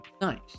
Nice